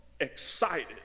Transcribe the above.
excited